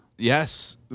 Yes